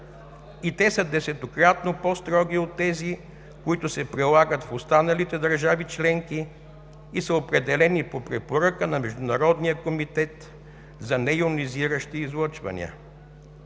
и те са десетократно по-строги от тези, които се прилагат в останалите държави членки и са определени по препоръка на Международния комитет за нейонизиращи излъчвания.